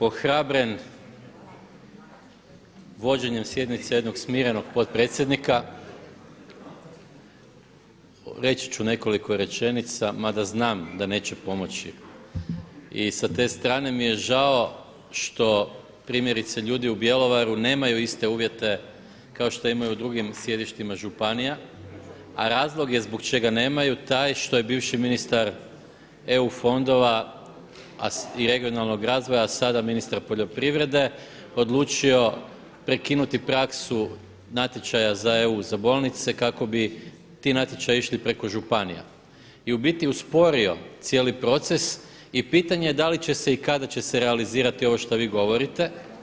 Ohrabren vođenjem sjednice jednog smirenog potpredsjednika reći ću nekoliko rečenica mada znam da neće pomoći i sa te strane mi je žao što primjerice ljudi u Bjelovaru nemaju iste uvjete kao što imaju u drugim sjedištima županija, a razlog je zbog čega nemaju taj što je bivši ministar eu fondova i regionalnog razvoja sada ministar poljoprivrede odlučio prekinuti praksu natječaja za eu za bolnice kako bi ti natječi išli preko županija i u biti usporio cijeli proces i pitanje da li će se i kada će se realizirati ovo što vi govorite.